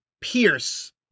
Pierce